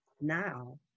now